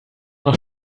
noch